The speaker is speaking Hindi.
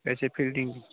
जैसे फील्डिंग